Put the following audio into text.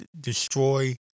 Destroy